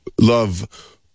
love